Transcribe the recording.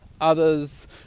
Others